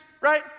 right